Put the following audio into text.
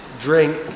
drink